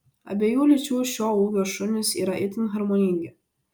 abiejų lyčių šio ūgio šunys yra itin harmoningi